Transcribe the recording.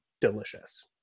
delicious